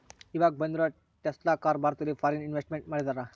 ಈವಾಗ ಬಂದಿರೋ Tesla car ಭಾರತದಲ್ಲಿ ಫಾರಿನ್ ಇನ್ವೆಸ್ಟ್ಮೆಂಟ್ ಮಾಡಿದರಾ